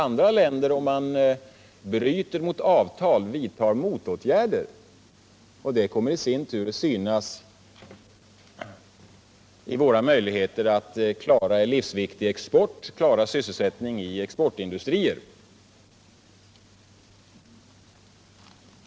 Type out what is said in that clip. Om vi bryter mot avtalen, vidtar andra länder motåtgärder. Det påverkar i sin tur våra möjligheter att klara livsviktig export och att upprätthålla sysselsättningen i exportindustrierna.